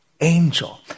angel